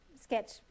sketch